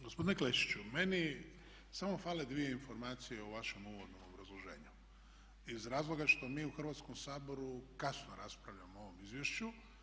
Gospodine Klešiću, meni samo fale dvije informacije o vašem uvodnom obrazloženju iz razloga što mi u Hrvatskom saboru kasno raspravljamo o ovom izvješću.